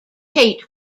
tate